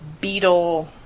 Beetle